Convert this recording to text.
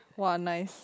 !wah! nice